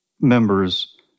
members